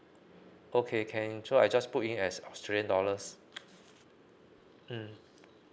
okay can so I just put in as australian dollars mm